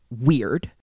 weird